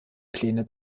pläne